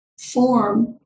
form